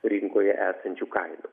rinkoje esančių kainų